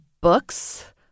books